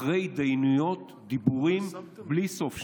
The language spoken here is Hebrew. אחרי התדיינויות, דיבורים בלי סוף.